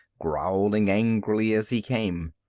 growling angrily as he came.